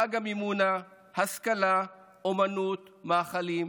חג המימונה, השכלה, אומנות, מאכלים ועוד.